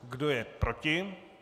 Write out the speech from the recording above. Kdo je proti?